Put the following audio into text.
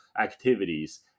activities